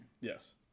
Yes